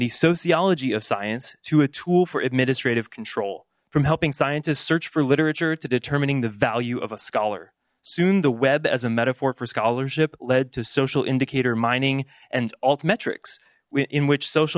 the sociology of science to a tool for administrative control from helping scientists search for literature to determining the value of a scholar soon the web as a metaphor for scholarship led to social indicator mining and altmetrics within which social